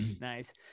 Nice